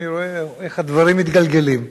אני רואה איך הדברים מתגלגלים.